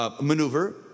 maneuver